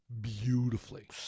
beautifully